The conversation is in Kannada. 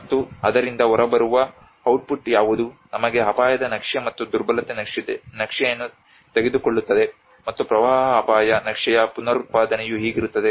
ಮತ್ತು ಅದರಿಂದ ಹೊರಬರುವ ಔಟ್ಪುಟ್ ಯಾವುದು ನಮಗೆ ಅಪಾಯದ ನಕ್ಷೆ ಮತ್ತು ದುರ್ಬಲತೆ ನಕ್ಷೆಯನ್ನು ತೆಗೆದುಕೊಳ್ಳುತ್ತದೆ ಮತ್ತು ಪ್ರವಾಹ ಅಪಾಯ ನಕ್ಷೆಯ ಪುನರುತ್ಪಾದನೆಯು ಹೀಗಿರುತ್ತದೆ